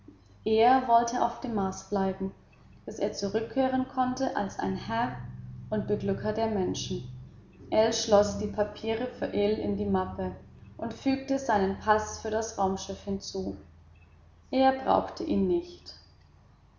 er wollte auf dem mars bleiben bis er zurückkehren konnte als ein herr und beglücker der menschen ell schloß die papiere für ill in die mappe und fügte seinen paß für das raumschiff hinzu er brauchte ihn nicht